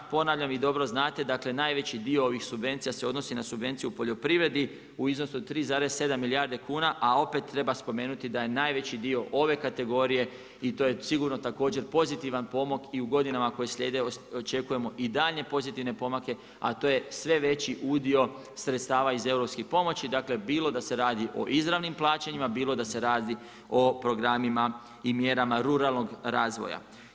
Ponavljam, dobro znate najveći dio ovih subvencija se odnosi na subvencije u poljoprivredi u iznosu od 3,7 milijarde kuna, a opet treba spomenuti da je najveći dio ove kategorije i to je sigurno također pozitivan pomak i u godinama koje slijede očekujemo i daljnje pozitivne pomake, a to je sve veći udio sredstava iz europskih pomoći, bilo da se radi o izravnim plaćanjima, bilo da se radi o programima i mjerama ruralnog razvoja.